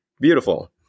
Beautiful